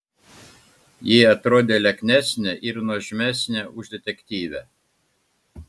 ji atrodė lieknesnė ir nuožmesnė už detektyvę